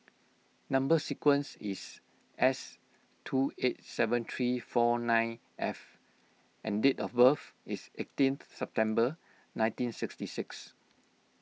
Number Sequence is S two eight seven three four nine F and date of birth is eighteenth September nineteen sixty six